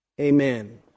Amen